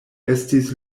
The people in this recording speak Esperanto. estis